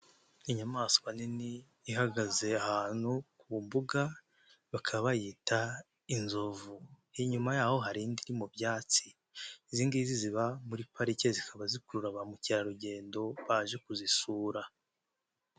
Inyamaswa nini, ihagaze ahantu ku mbuga, bakabayita inzovu, inyuma yaho hari indi iri mu byatsi, izi ngizi ziba muri pariki, zikaba zikurura ba mukerarugendo, baje kuzisura.